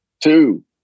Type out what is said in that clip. two